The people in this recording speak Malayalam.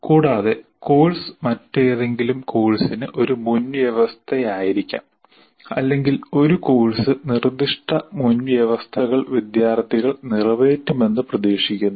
കൂടാതെ കോഴ്സ് മറ്റേതെങ്കിലും കോഴ്സിന് ഒരു മുൻവ്യവസ്ഥയായിരിക്കാം അല്ലെങ്കിൽ ഒരു കോഴ്സ് നിർദ്ദിഷ്ട മുൻവ്യവസ്ഥകൾ വിദ്യാർത്ഥികൾ നിറവേറ്റുമെന്ന് പ്രതീക്ഷിക്കുന്നു